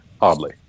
Oddly